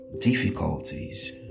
difficulties